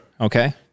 Okay